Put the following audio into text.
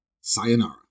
sayonara